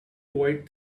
avoid